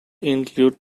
include